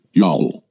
y'all